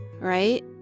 right